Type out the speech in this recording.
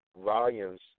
volumes